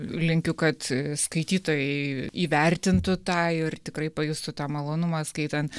linkiu kad skaitytojai įvertintų tą ir tikrai pajustų tą malonumą skaitant